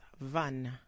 van